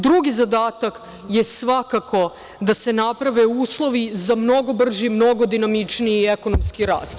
Drugi zadatak je svakako da se naprave uslovi za mnogo brži i mnogo dinamičniji ekonomski rast.